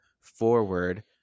forward